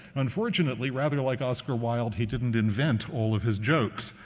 unfortunately, rather like oscar wilde, he didn't invent all of his jokes.